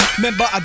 Remember